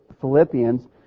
Philippians